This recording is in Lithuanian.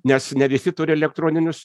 nes ne visi turi elektroninius